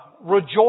rejoice